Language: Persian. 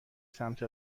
سمت